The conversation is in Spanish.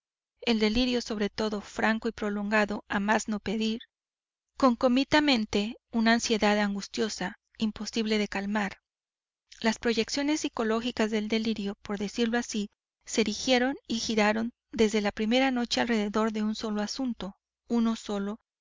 el delirio sobre todo franco y prolongado a más no pedir concomitantemente una ansiedad angustiosa imposible de calmar las proyecciones sicológicas del delirio por decirlo así se erigieron y giraron desde la primera noche alrededor de un solo asunto uno solo